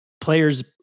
players